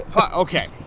okay